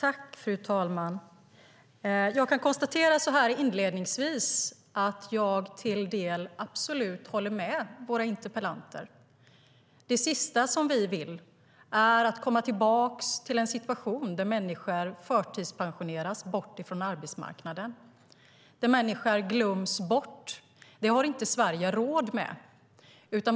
Fru talman! Jag kan inledningsvis konstatera att jag till del håller med våra interpellanter. Det sista vi vill är att komma tillbaka till en situation där människor förtidspensioneras från arbetsmarknaden och glöms bort. Det har Sverige inte råd med.